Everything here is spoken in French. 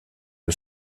que